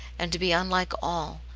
and to be unlike all,